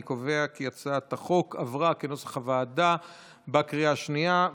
אני קובע כי הצעת החוק כנוסח הוועדה עברה בקריאה שנייה.